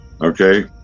okay